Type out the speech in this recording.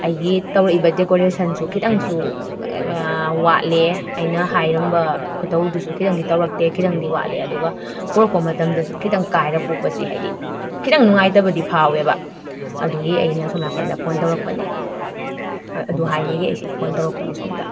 ꯑꯩꯒꯤ ꯇꯧꯔꯛꯏꯕ ꯗꯦꯀꯣꯔꯦꯁꯟꯁꯨ ꯈꯤꯇꯪꯁꯨ ꯑꯥ ꯋꯥꯠꯂꯤ ꯑꯩꯅ ꯍꯥꯏꯔꯝꯕ ꯈꯨꯇꯧꯗꯨꯁꯨ ꯈꯤꯇꯪꯗꯤ ꯇꯧꯔꯛꯇꯦ ꯈꯤꯇꯪꯗꯨ ꯋꯥꯠꯂꯦ ꯑꯗꯨꯒ ꯄꯨꯔꯛꯄ ꯃꯇꯝꯗꯁꯨ ꯈꯤꯇꯪ ꯀꯥꯏꯔꯒ ꯄꯨꯔꯛꯄꯁꯤ ꯍꯥꯏꯕꯗꯤ ꯈꯤꯇꯪ ꯅꯨꯡꯉꯥꯏꯇꯕꯗꯤ ꯐꯥꯎꯏꯕ ꯑꯗꯨꯒꯤ ꯑꯩꯅ ꯁꯣꯝ ꯅꯥꯀꯟꯗ ꯐꯣꯟ ꯇꯧꯔꯛꯄꯅꯦ ꯑꯗꯨ ꯍꯥꯏꯒꯦ ꯑꯩꯁꯦ ꯐꯣꯟ ꯇꯧꯔꯛꯄꯅꯤ ꯁꯣꯝꯗ